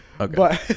Okay